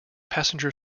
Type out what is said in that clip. passenger